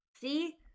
See